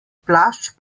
plašč